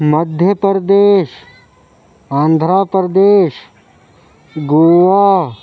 Madhya Pradesh Andhra Pradesh Goa